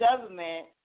government